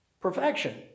Perfection